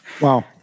Wow